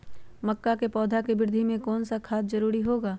मक्का के पौधा के वृद्धि में कौन सा खाद जरूरी होगा?